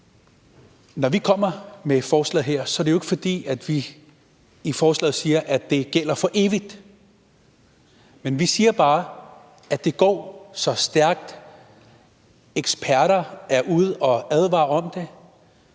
Når vi kommer med det her forslag, er det jo ikke, fordi vi i forslaget siger, at det gælder for evigt, men vi siger bare, at det går så stærkt. Eksperter er ude at advare om det.